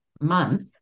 month